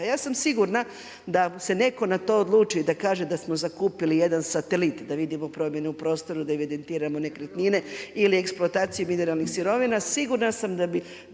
Ja sam sigurna da se netko na to odluči, da kaže da smo zakupili jedan satelit, da vidimo promjene u prostoru, da evidentiramo nekretnine ili eksploataciju mineralnih sirovina sigurna sam da bi